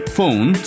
Phone